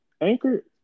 Anchor